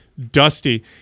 dusty